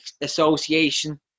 Association